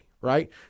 right